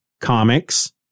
comics